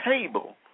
table